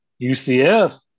UCF